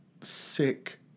sick